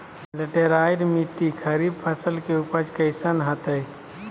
Laterite मिट्टी खरीफ फसल के उपज कईसन हतय?